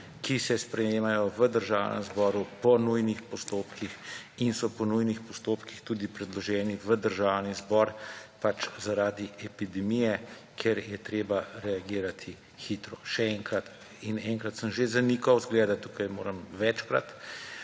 ki se sprejemajo v Državnem zboru po nujnih postopkih in so po nujnih postopkih tudi predloženi v Državni zbor, zaradi epidemije, ker je treba reagirati hitro. Še enkrat in enkrat sem že zanikal, zgleda, da tukaj moram večkrat,